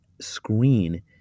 screen